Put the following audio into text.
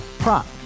Prop